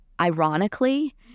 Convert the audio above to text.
ironically